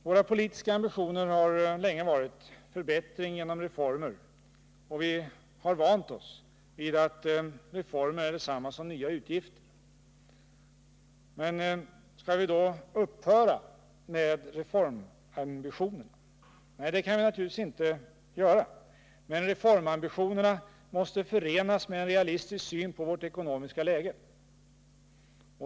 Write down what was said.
Våra politiska ambitioner har länge varit förbättring genom reformer, och vi har vant oss vid att reformer är detsamma som nya utgifter. Men skall vi då upphöra med reformambitionerna? Nej, det kan vi naturligtvis inte göra. Men reformambitionerna måste förenas med en realistisk syn på vårt ekonomiska läge.